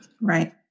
right